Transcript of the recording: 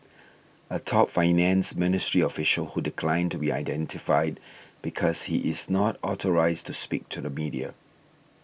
a top finance ministry official who declined to be identified because he is not authorised to speak to the media